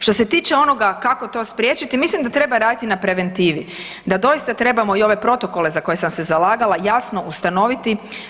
Što se tiče onoga kako to spriječiti, mislim da treba raditi na preventivi, da doista trebamo i ove protokole za koje sam se zalagala jasno ustanoviti.